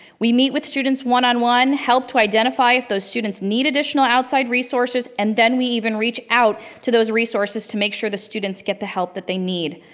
we meet with students one on one, help to identify if those students need additional outside resources, and then we even reach out to those resources to make sure the students get the help that they need.